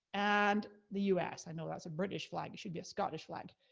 and the u s. i know that's a british flag, it should be a scottish flag.